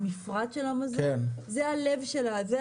המפרט של המזון זה הלב.